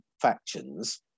factions